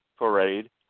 parade